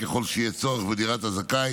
ככל שיהיה צורך בדירת הזכאי